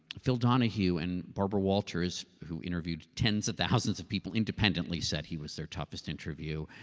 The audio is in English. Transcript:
phil donohue and barbara walters who interviewed tens of thousands of people independently said he was their toughest interview.